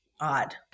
odd